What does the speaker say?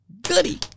goody